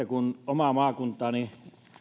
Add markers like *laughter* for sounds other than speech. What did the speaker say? *unintelligible* kun omaa maakuntaani